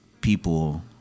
people